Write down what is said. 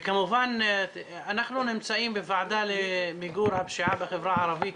אנחנו נמצאים בוועדה למיגור הפשיעה בחברה הערבית,